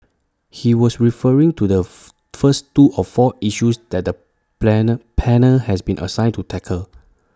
he was referring to the fur first two of four issues that the planet panel has been assigned to tackle